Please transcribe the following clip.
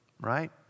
right